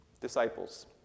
disciples